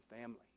family